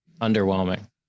underwhelming